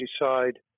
decide